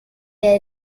day